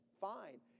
fine